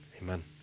Amen